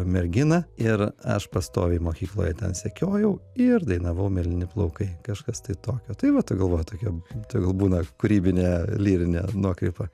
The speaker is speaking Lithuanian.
merginą ir aš pastoviai mokykloj ją ten sekiojau ir dainavau mėlyni plaukai kažkas tai tokio tai vat tai galvoju tokia tegul būna kūrybinė lyrinė nuokrypa